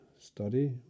study